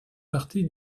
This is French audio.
partie